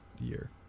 year